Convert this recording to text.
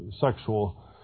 sexual